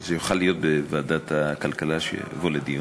שזה יוכל להיות בוועדת הכלכלה, שיבוא לדיון.